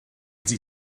ydy